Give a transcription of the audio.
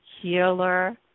Healer